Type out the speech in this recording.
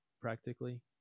practically